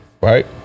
right